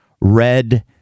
red